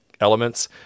elements